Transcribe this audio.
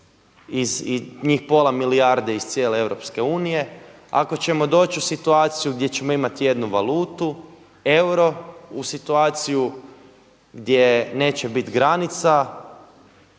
njih pola milijarde iz cijele EU, ako ćemo doći u situaciju gdje ćemo imati jednu valutu euru, u situaciju gdje neće biti granica,